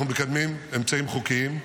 אנחנו מקדמים אמצעים חוקיים,